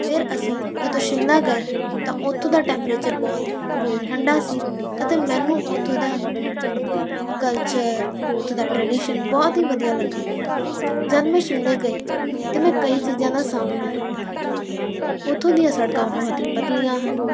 ਫਿਰ ਅਸੀਂ ਜਦੋਂ ਸ਼ਿਮਲਾ ਗਏ ਤਾਂ ਉੱਥੋਂ ਦਾ ਟੈਂਪਰੇਚਰ ਬਹੁਤ ਹੀ ਠੰਡਾ ਸੀ ਅਤੇ ਮੈਨੂੰ ਉੱਥੋਂ ਦਾ ਕਲਚਰ ਉੱਥੋਂ ਦਾ ਟ੍ਰਾਡੀਸ਼ਨ ਬਹੁਤ ਹੀ ਵਧੀਆ ਲੱਗਾ ਜਦ ਮੈਂ ਸ਼ਿਮਲੇ ਗਈ ਅਤੇ ਮੈਂ ਕਈ ਚੀਜ਼ਾਂ ਦਾ ਸਾਹਮਣਾ ਕੀਤਾ ਉੱਥੋਂ ਦੀਆਂ ਸੜਕਾਂ ਬਹੁਤ ਹੀ ਪਤਲੀਆਂ ਹਨ